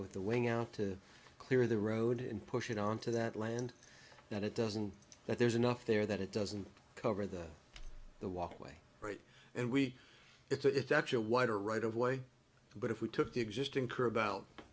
with the wing out to clear the road and push it onto that land that it doesn't that there's enough there that it doesn't cover the the walkway right and we it's actually a wider right of way but if we took the existing curb out